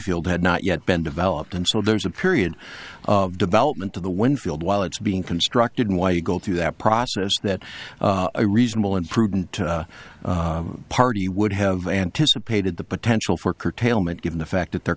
field had not yet been developed and so there's a period of development of the wind field while it's being constructed and why you go through that process that a reasonable and prudent party would have anticipated the potential for curtailment given the fact that they're